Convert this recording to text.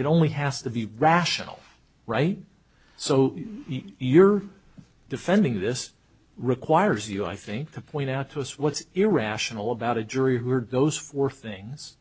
it only has to be rational right so you're defending this requires you i think to point out to us what's irrational about a jury who heard those four things